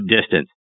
distance